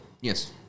Yes